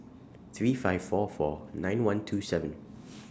three five four four nine one two seven